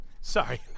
Sorry